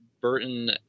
Burton